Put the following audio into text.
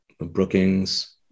Brookings